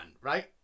Right